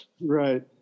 Right